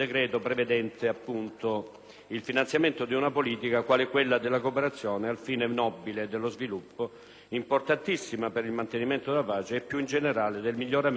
importantissima per il mantenimento della pace e più in generale del miglioramento delle condizioni di vita dei civili che hanno avuto la sfortuna di nascere e vivere in scenari di guerra e di particolare disagio.